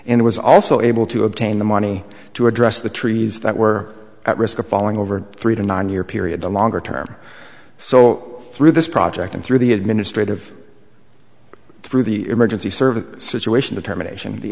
and was also able to obtain the money to address the trees that were at risk of falling over three to nine year period the longer term so through this project and through the administrative through the emergency service situation determination the